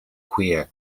queer